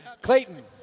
Clayton